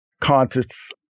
concerts